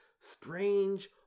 strange